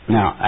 Now